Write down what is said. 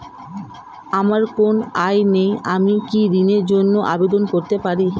আমার কোনো আয় নেই আমি কি ঋণের জন্য আবেদন করতে পারব?